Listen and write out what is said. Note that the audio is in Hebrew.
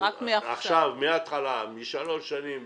מהתחלה ושלוש שנים ברצף.